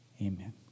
Amen